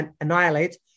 annihilate